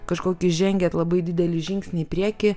kažkokį žengiat labai didelį žingsnį į priekį